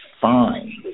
fine